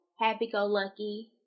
happy-go-lucky